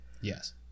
Yes